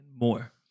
more